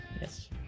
Yes